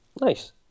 Nice